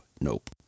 nope